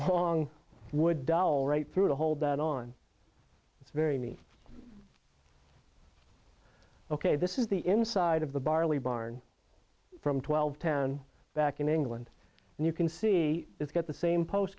long wood doll right through the hole that on this very me ok this is the inside of the barley barn from twelve ten back in england and you can see it's got the same post